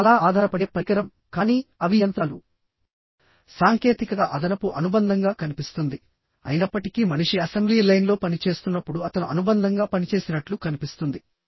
మనం చాలా ఆధారపడే పరికరం కానీ అవి యంత్రాలు సాంకేతికత అదనపు అనుబంధంగా కనిపిస్తుందిఅయినప్పటికీ మనిషి అసెంబ్లీ లైన్లో పని చేస్తున్నప్పుడు అతను అనుబంధంగా పనిచేసినట్లు కనిపిస్తుంది